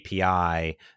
API